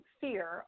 fear